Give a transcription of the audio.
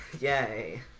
yay